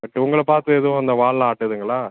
but உங்களைப் பார்த்து எதுவும் அந்த வாலெல்லாம் ஆட்டுதுங்களா